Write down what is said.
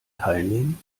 teilnehmen